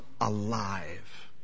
alive